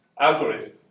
Algorithm